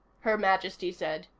her majesty said.